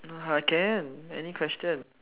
can any question